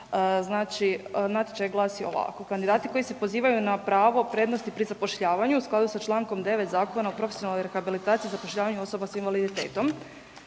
znači natječaj glasi ovako, kandidati koji se pozivaju na pravo prednosti pri zapošljavanju u skladu sa čl. 9. Zakona o profesionalnoj rehabilitaciji zapošljavanja osoba s invaliditetom,